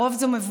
לרוב זה מבוגרת,